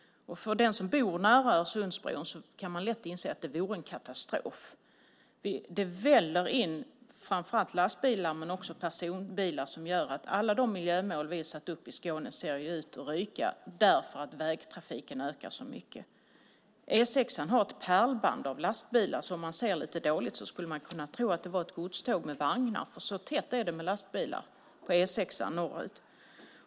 Den som bor nära Öresundsbron inser lätt att det vore en katastrof. Det väller in framför allt lastbilar men också personbilar som gör att alla de miljömål vi har satt upp i Skåne ser ut att ryka därför att vägtrafiken ökar så mycket. På E 6:an går ett pärlband av lastbilar, så om man ser lite dåligt skulle man kunna tro att det var ett godståg med vagnar - så tätt är det med lastbilar på E 6:an norrut.